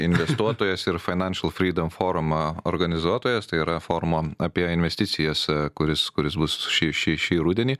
investuotojas ir financial freedom forumo organizuotojas tai yra formo apie investicijas kuris kuris bus šį šį š rudenį